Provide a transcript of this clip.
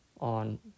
on